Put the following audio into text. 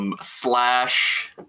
slash